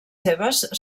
seves